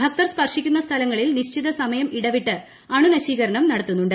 ഭക്തർ സ്പർശിക്കുന്ന സ്ഥലങ്ങളിൽ നിശ്ചിത സമയം ഇടവിട്ട് അണുനശീകരണം നടത്തുന്നുണ്ട്